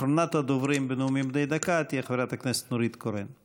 אחרונת הדוברים בנאומים בני דקה תהיה חברת הכנסת נורית קורן.